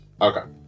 okay